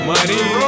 Money